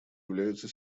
являются